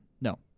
No